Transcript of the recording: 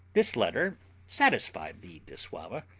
this letter satisfied the dissauva,